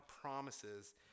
promises